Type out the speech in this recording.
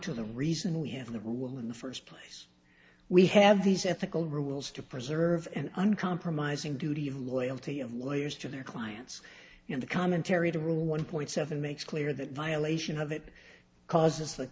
to the reason we have the rule in the first place we have these ethical rules to preserve and uncompromising duty of loyalty of lawyers to their clients in the commentary to rule one point seven makes clear that violation of it causes the